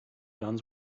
guns